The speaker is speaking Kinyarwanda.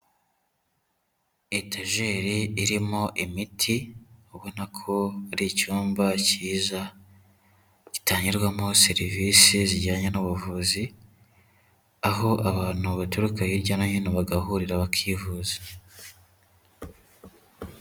Etajeri irimo imiti, ubona ko ari icyumba cyiza, gitangirwamo serivise zijyanye n'ubuvuzi, aho abantu baturuka hirya no hino, bagahurira bakivuza.